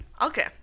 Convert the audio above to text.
Okay